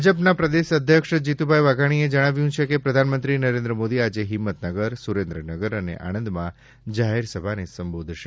ભાજપના પ્રદેશ અધ્યક્ષ શ્રી જીતુભાઈ વાઘાણીએ જણાવ્યું છે કે પ્રધાનમંત્રી નરેન્દ્ર મોદી આજે હિંમતનગર સુરેન્દ્રનગર અને આણંદમાં જાહેરસભાને સંબોધશે